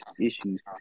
issues